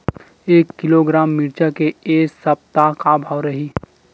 एक किलोग्राम मिरचा के ए सप्ता का भाव रहि?